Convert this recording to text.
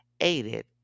aided